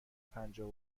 پنجاه